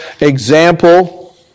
example